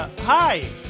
Hi